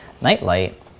nightlight